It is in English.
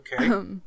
Okay